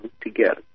together